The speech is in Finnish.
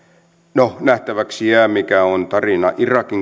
no nähtäväksi jää mikä on tarina irakin